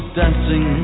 dancing